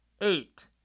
Eight